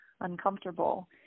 uncomfortable